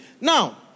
Now